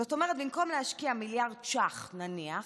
זאת אומרת, במקום להשקיע מיליארד שקל, נניח,